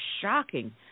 shocking